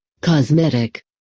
cosmetic